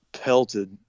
pelted